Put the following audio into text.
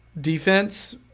defense